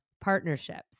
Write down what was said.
partnerships